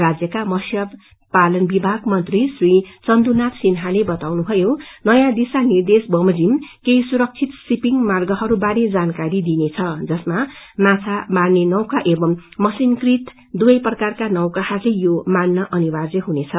राज्यका मत्स्य पालन विभाग मंत्री श्री चन्दु नाथ सिन्हाले बताउनुभयो नयाँ दिशा निर्देश बमोजिम केही सुरक्षित सिपिङ मार्गहरूको बारे जानकारी दिइनेछ जसमा माछा मार्ने नौका एवं मशीनीकृत दुवै प्रकारका नौकाहरूले यो मान्न अनिर्वाय हुनेछ